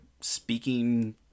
speaking